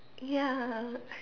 ya